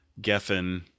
Geffen